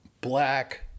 black